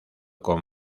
con